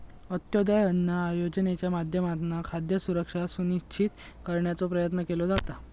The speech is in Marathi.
अंत्योदय अन्न योजनेच्या माध्यमातना खाद्य सुरक्षा सुनिश्चित करण्याचो प्रयत्न केलो जाता